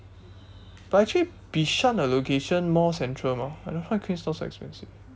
but actually bishan the location more central mah I don't know why queenstown so expensive